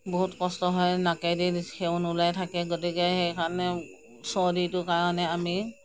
বহুত কষ্ট হয় নাকেদি হেঙুন ওলাই থাকে গতিকে সেইকাৰণে চৰ্দিটো কাৰণে আমি